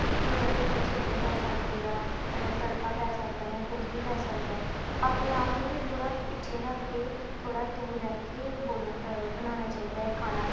ਕਿਉਂਕਿ ਉਹਨਾਂ ਦੇ ਉਪਰ ਛਿੱਟੇ ਪੈ ਸਕਦੇ ਆ ਮਤਲਬ ਤੜਕਾ ਪੈ ਸਕਦਾ ਹੈ ਕੁਝ ਵੀ ਪੈ ਸਕਦਾ ਹੈ ਆਪਣੇ ਆਪ ਨੂੰ ਵੀ ਥੋੜ੍ਹਾ ਪਿੱਛੇ ਰੱਖ ਕੇ ਥੋੜ੍ਹਾ ਦੂਰ ਰਹਿ ਕੇ ਬੋਲਨਾ ਬਣਾਉਣਾ ਚਾਹੀਦਾ ਹੈ ਖਾਣਾ